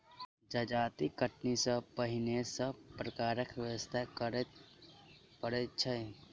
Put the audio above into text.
जजाति कटनी सॅ पहिने सभ प्रकारक व्यवस्था करय पड़ैत छै